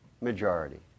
majority